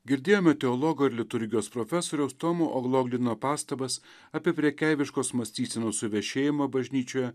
girdėjome teologo ir liturgijos profesoriaus tomo ogloglino pastabas apie prekeiviškos mąstysenos suvešėjimą bažnyčioje